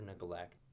neglect